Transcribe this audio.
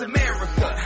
America